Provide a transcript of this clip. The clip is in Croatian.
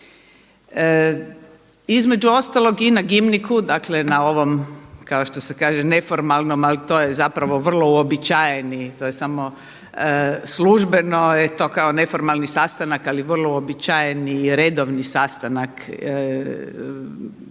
Između ostalog i na …, dakle na ovom kao što se kaže neformalnom, ali to je zapravo vrlo uobičajeni, to je samo, službeno je to kao neformalni sastanak ali vrlo uobičajeni i redovni sastanak članica,